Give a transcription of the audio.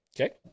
okay